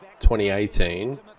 2018